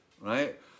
right